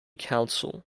council